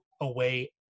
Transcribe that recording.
away